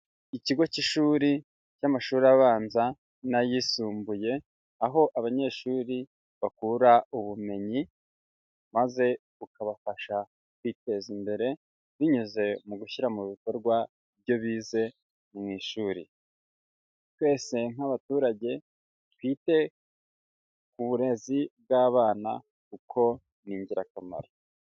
Ikigo k'ishuri cy'amashuri abanza n'ayisumbuye, aho abanyeshuri bakura ubumenyi maze bukabafasha kwiteza imbere binyuze mu gushyira mu bikorwa ibyo bize mu ishuri. Twese nk'abaturage twite ku burezi bw'abana kuko ni ingirakamaro.